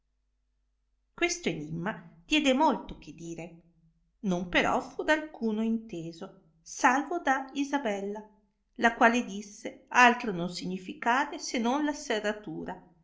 questo enimma diede molto che dire non però fu da alcuno inteso salvo da isabella la quale disse altro non significare se non la serratura